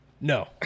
No